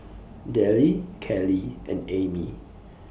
Dellie Keli and Ami